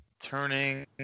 Turning